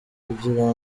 kugira